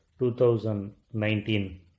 2019